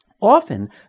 Often